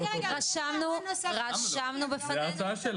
שמכשירים רפואיים יקבלו את אותו משקל של מיטות.